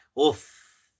Oof